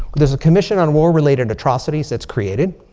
there's a commission on war-related atrocities that's created.